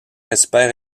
espèrent